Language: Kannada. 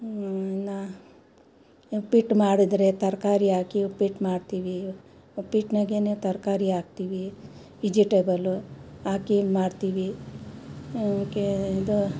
ಇನ್ನು ಉಪ್ಪಿಟ್ಟು ಮಾಡಿದರೆ ತರಕಾರಿ ಹಾಕಿ ಉಪ್ಪಿಟ್ಟು ಮಾಡ್ತೀವಿ ಉಪ್ಪಿಟ್ಟಿನಾಗೆನೆ ತರಕಾರಿ ಹಾಕ್ತಿವಿ ವೆಜಿಟೇಬಲ್ಲು ಹಾಕಿ ಮಾಡ್ತೀವಿ ಆಮ್ಯಾಕೆ ಇದು